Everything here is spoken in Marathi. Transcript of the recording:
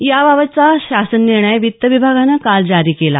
या बाबतचा शासननिर्णय वित्त विभागानं काल जारी केला